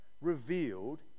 revealed